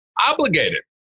obligated